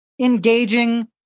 engaging